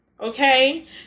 okay